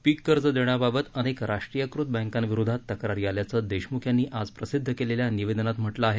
पीककर्ज देण्याबाबत अनेक राष्ट्रीयकृत बँकाविरोधात तक्रारी आल्याचं देशमुख यांनी आज प्रसिद्ध केलेल्या निवेदनात म्हटलं आहे